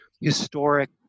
historic